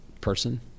person